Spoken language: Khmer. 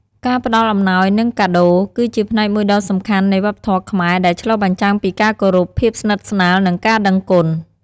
ការផ្តល់អំណោយ និងកាដូរ គឺជាផ្នែកមួយដ៏សំខាន់នៃវប្បធម៌ខ្មែរ ដែលឆ្លុះបញ្ចាំងពីការគោរព ភាពស្និទ្ធស្នាល និងការដឹងគុណ។